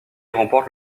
remporte